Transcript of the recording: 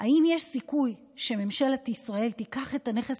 אם יש סיכוי שממשלת ישראל תיקח את הנכס